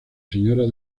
señora